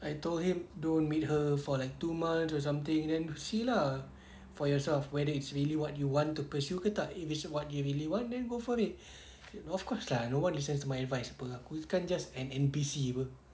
I told him don't meet her for like two months or something then you see lah for yourself whether it's really what you want to pursue ke tak if it's what you really want then go for it of course lah no one listens to my advice [pe] aku kan just an N_P_C apa